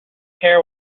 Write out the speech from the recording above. care